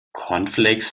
cornflakes